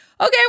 okay